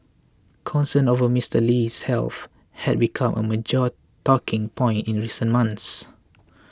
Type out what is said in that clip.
concerns over Mister Lee's health had become a major talking point in recent months